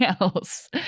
else